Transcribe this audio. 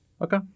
Okay